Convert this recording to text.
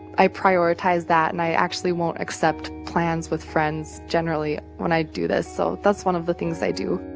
i prioritize that. and i actually won't accept plans with friends, generally, when i do this. so that's one of the things i do